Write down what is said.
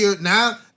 Now